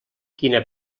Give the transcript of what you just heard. quina